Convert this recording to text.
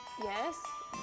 Yes